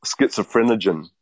schizophrenogen